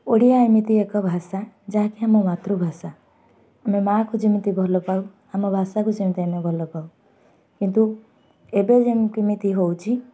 ଓଡ଼ିଆ ଏମିତି ଏକ ଭାଷା ଯାହାକି ଆମ ମାତୃଭାଷା ଆମେ ମାଆକୁ ଯେମିତି ଭଲପାଉ ଆମ ଭାଷାକୁ ସେମିତି ଆମେ ଭଲପାଉ କିନ୍ତୁ ଏବେ ଯେ କେମିତି ହେଉଛି